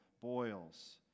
boils